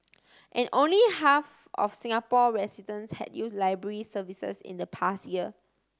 and only half of Singapore residents had used library services in the past year